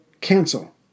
cancel